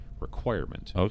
requirement